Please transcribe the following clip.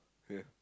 ya